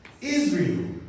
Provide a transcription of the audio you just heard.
Israel